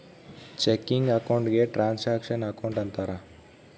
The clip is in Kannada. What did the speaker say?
ಚೆಕಿಂಗ್ ಅಕೌಂಟ್ ಗೆ ಟ್ರಾನಾಕ್ಷನ್ ಅಕೌಂಟ್ ಅಂತಾರ